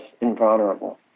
invulnerable